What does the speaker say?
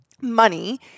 money